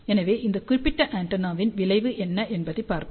எனவே இந்த குறிப்பிட்ட ஆண்டெனாவின் விளைவு என்ன என்று பார்ப்போம்